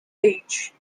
age